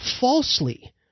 falsely